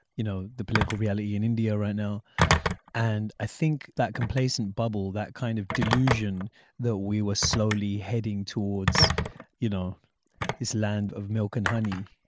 you know the political reality in india right now and i think that complacent bubble that kind of delusion that we were slowly heading towards you know this land of milk and honey,